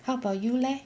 how about you leh